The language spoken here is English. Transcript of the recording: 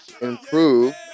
improve